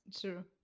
true